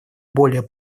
более